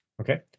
Okay